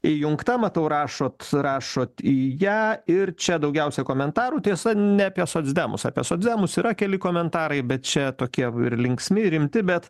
įjungta matau rašot rašot į ją ir čia daugiausiai komentarų tiesa ne apie socdemus apie socdemus yra keli komentarai bet čia tokie ir linksmi ir rimti bet